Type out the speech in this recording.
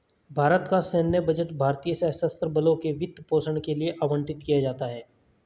भारत का सैन्य बजट भारतीय सशस्त्र बलों के वित्त पोषण के लिए आवंटित किया जाता है